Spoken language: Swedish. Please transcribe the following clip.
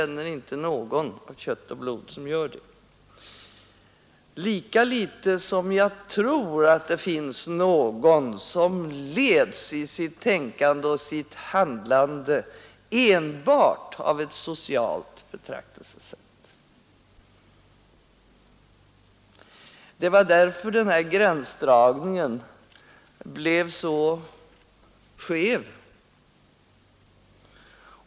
Lika litet tror jag att det finns någon som i sitt tänkande och handlande enbart leds av ett socialt betraktelsesätt. Det var därför den gränsdragning som statsrådet gjorde blev så skev.